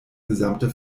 gesamte